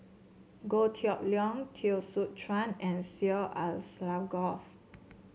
Goh Kheng Long Teo Soon Chuan and Syed Alsagoff